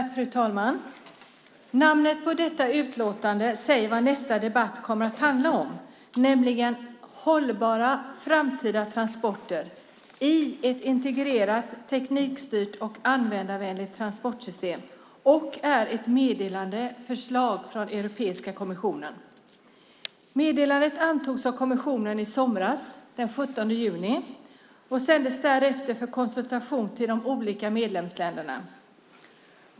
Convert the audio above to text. Fru talman! Namnet på detta utlåtande säger vad denna debatt kommer att handla om, nämligen om hållbara framtida transporter i ett integrerat, teknikstyrt och användarvänligt transportsystem. Det gäller ett meddelandeförslag från Europeiska kommissionen. Meddelandet antogs av kommissionen i somras, den 17 juni, och sändes därefter för konsultation till de olika medlemsländerna.